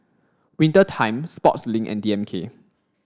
Winter Time Sportslink and D M K